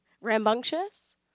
Rambunctious